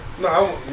No